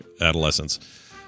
adolescence